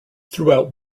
throughout